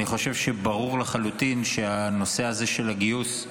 אני חושב שברור לחלוטין שהנושא הזה של הגיוס,